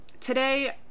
today